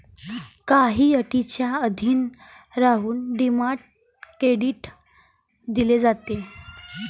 काही अटींच्या अधीन राहून डिमांड क्रेडिट दिले जाते